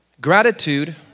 Gratitude